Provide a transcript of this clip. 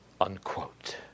unquote